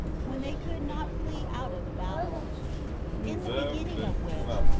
when they could not flee out of the battle in the beginning of which,